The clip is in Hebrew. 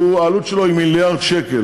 העלות שלו היא מיליארד שקל.